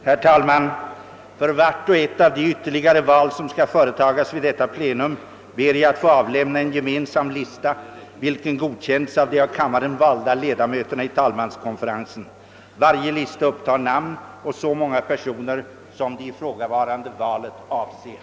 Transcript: Herr talman! För vart och ett av de ytterligare val som skall företagas vid detta plenum ber jag att få avlämna en gemensam lista, vilken godkänts av de av kammaren valda ledamöterna i talmanskonferensen. Varje lista upptar namn å så många personer, som det ifrågavarande valet avser.